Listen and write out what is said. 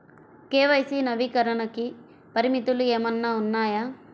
KYC నవీకరణకి పరిమితులు ఏమన్నా ఉన్నాయా?